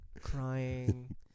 Crying